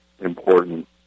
important